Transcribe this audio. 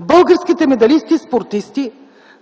българските медалисти – спортисти